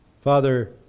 Father